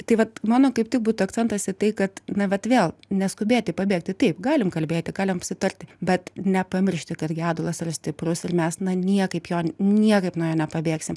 tai vat mano kaip tik būtų akcentas į tai kad na vat vėl neskubėti pabėgti taip galim kalbėti galim susitarti bet nepamiršti kad gedulas yra stiprus ir mes na niekaip jo niekaip nuo jo nepabėgsim